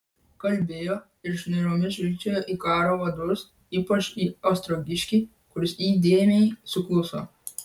kalbėjo ir šnairomis žvilgčiojo į karo vadus ypač į ostrogiškį kuris įdėmiai sukluso